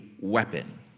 weapon